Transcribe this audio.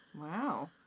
Wow